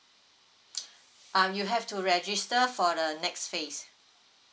uh you have to register for the next phase